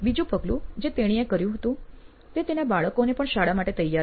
બીજું પગલું જે તેણીએ કર્યું તે હતું તેના બાળકોને પણ શાળા માટે તૈયાર કરવા